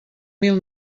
mil